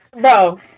bro